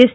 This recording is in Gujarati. એસ